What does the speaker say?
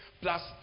plus